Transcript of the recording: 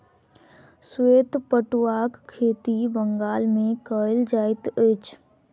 श्वेत पटुआक खेती बंगाल मे कयल जाइत अछि